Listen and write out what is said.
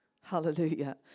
Hallelujah